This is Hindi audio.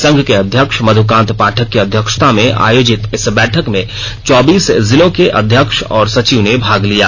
संघ के अध्यक्ष मध्यकांत पाठक की अध्यक्षता में आयोजित इस बैठक में चौबीस जिलों के अध्यक्ष और सचिव ने भाग लिया